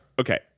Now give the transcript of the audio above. okay